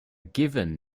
given